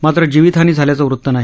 मात्रजिवीतहानी झाल्याचं वृत नाही